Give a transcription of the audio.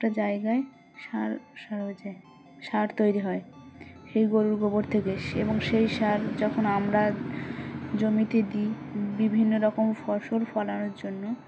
একটা জায়গায় সার সার হয়ে যায় সার তৈরি হয় সেই গরুর গোবর থেকে এবং সেই সার যখন আমরা জমিতে দিই বিভিন্ন রকম ফসল ফলানোর জন্য